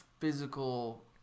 physical